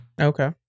Okay